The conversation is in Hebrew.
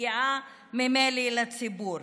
שמגיעה ממילא לציבור,